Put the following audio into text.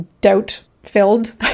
doubt-filled